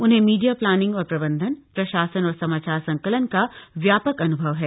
उन्हें media planning और प्रबंधन प्रशासन और समाचार संकलन का व्यापक अन्भव है